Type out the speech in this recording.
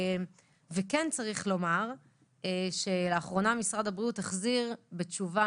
צריך לומר שלאחרונה משרד הבריאות החזיר בתשובה